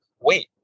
wait